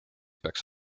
peaks